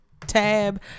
tab